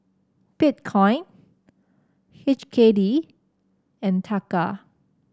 Bitcoin H K D and Taka